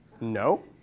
No